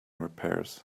repairs